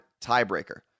tiebreaker